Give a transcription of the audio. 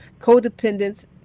codependence